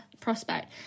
prospect